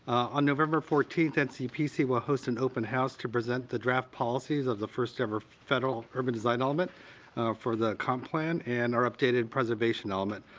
on november fourteenth, ncpc will host an open house to present the draft policies of the first ever federal urban design element for the comp plan, and our updated preservation element.